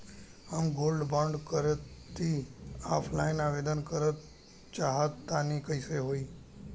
हम gold bond करंति offline आवेदन करल चाह तनि कइसे होई?